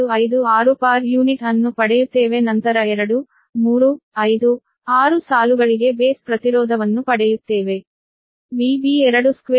2256 per unit ಅನ್ನು ಪಡೆಯುತ್ತೇವೆ ನಂತರ 2 3 5 6 ಸಾಲುಗಳಿಗೆ ಬೇಸ್ ಪ್ರತಿರೋಧವನ್ನು ಪಡೆಯುತ್ತೇವೆ